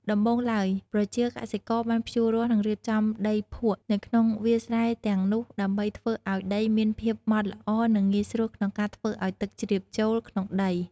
ដំបូងឡើយ ប្រជាកសិករបានភ្ជួររាស់និងរៀបចំដីភក់នៅក្នុងវាលស្រែទាំងនោះដើម្បីធ្វើឲ្យដីមានភាពម៉ដ្ឋល្អនិងងាយស្រួលក្នុងការធ្វើឲ្យទឹកជ្រាបចូលក្នុងដី។